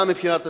גם מבחינת השטח,